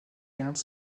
cairns